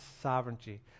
sovereignty